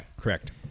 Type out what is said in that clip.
Correct